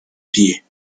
pieds